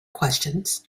questions